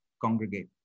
congregate